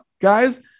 guys